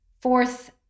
Fourth